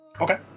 Okay